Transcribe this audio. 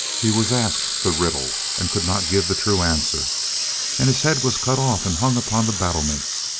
he was asked the riddle and could not give the true answer and his head was cut off and hung upon the battlements.